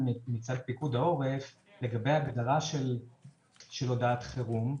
מצד פיקוד העורף לגבי ההגדרה של הודעת החירום.